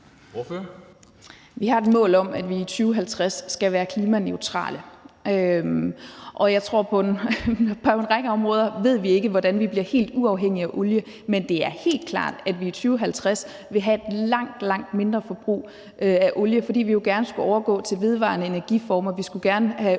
Vi har et mål om, at vi i 2050 skal være klimaneutrale. Og på en række områder ved vi ikke, hvordan vi bliver helt uafhængige af olie, men det er helt klart, at vi i 2050 vil have et langt, langt mindre forbrug af olie, fordi vi jo gerne skulle overgå til vedvarende energiformer. Vi skulle gerne have